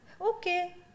Okay